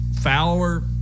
Fowler